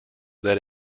that